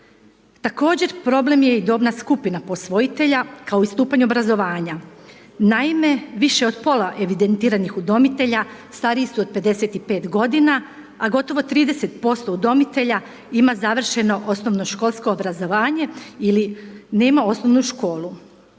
Također problem je i dobna skupina posvojitelja kao i stupanj obrazovanja. Naime više od pola evidentiranih udomitelja stariji su od 55 godina, a gotovo 30% udomitelja ima završeno osnovnoškolsko obrazovanje ili nema osnovnu školu.